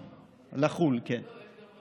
לחו"ל, לחו"ל, כן.